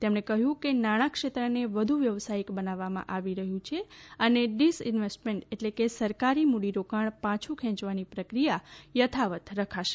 તેમણે કહ્યું કે નાણા ક્ષેત્રને વધુ વ્યવસાયિક બનાવવામાં આવી રહ્યું છે અને ડિસઇન્વેસ્ટમેન્ટ એટલે કે સરકારી મૂડીરોકાણ પાછૂ ખેંચવાની પ્રક્રિયા યથાવત રખાશે